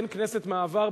אין כנסת מעבר,